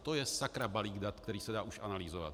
To je sakra balík dat, který se dá už analyzovat!